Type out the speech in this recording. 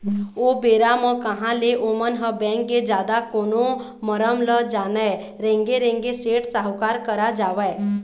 ओ बेरा म कहाँ ले ओमन ह बेंक के जादा कोनो मरम ल जानय रेंगे रेंगे सेठ साहूकार करा जावय